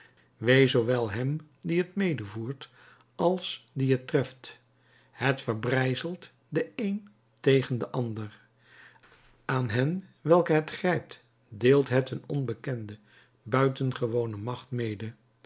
zoowel hem dien het medevoert als dien het treft het verbrijzelt den een tegen den ander aan hen welke het grijpt deelt het een onbekende buitengewone macht mede